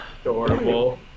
adorable